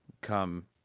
come